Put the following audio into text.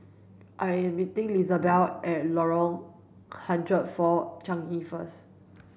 I am meeting Lizabeth at Lorong hundred four Changi first